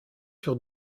sur